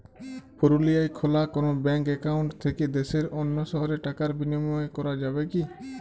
পুরুলিয়ায় খোলা কোনো ব্যাঙ্ক অ্যাকাউন্ট থেকে দেশের অন্য শহরে টাকার বিনিময় করা যাবে কি?